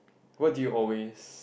what do you always